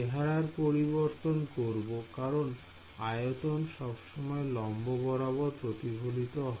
চেহারার পরিবর্তন করব কারণ আয়তন সব সময় লম্ব বরাবর প্রতিফলিত হয়